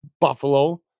Buffalo